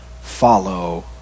Follow